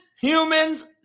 humans